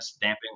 damping